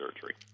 surgery